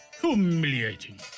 humiliating